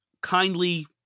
kindly